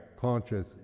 conscious